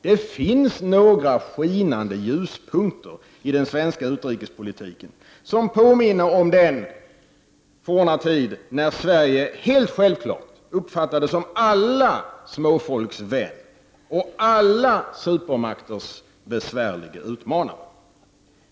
Det finns några skinande ljuspunkter i den svenska utrikespolitiken som påminner om den forna tid när Sverige självklart uppfattades som alla småfolks vän och alla supermakters besvärliga utmanare.